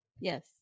yes